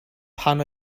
pan